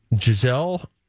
Giselle